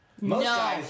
No